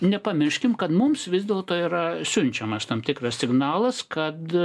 nepamirškim kad mums vis dėlto yra siunčiamas tam tikras signalas kad